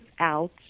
out